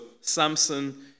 Samson